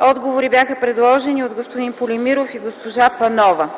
Отговори бяха предложени от господин Полимиров и госпожа Панова.